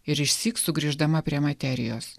ir išsyk sugrįždama prie materijos